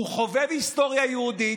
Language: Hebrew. הוא חובב היסטוריה יהודית,